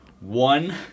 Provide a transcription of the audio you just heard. one